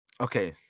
Okay